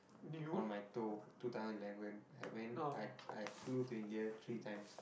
on my toe two thousand and eleven I went I I flew to India three times